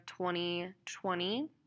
2020